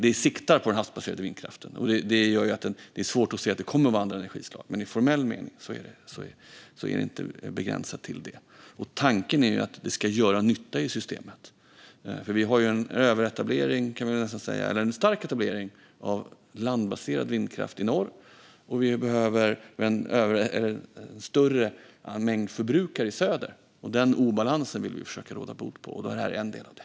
Det siktar på den havsbaserade vindkraften, och det gör att det är svårt att se att det kommer att vara andra energislag, men i formell mening är det inte begränsat till det. Tanken är att det ska göra nytta i systemet. Vi har en stark etablering av landbaserad vindkraft i norr, och vi behöver en större mängd förbrukare i söder. Den obalansen vill vi försöka råda bot på, och då är det här en del av det.